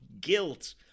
guilt